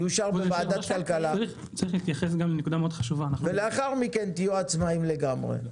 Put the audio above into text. זה יאושר בוועדת כלכלה ולאחר מכן תהיו עצמאיים לגמרי.